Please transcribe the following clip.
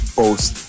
post